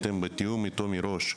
בתיאום מראש אתו,